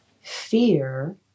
fear